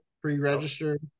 pre-registered